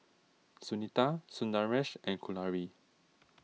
Sunita Sundaresh and Kalluri